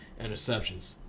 interceptions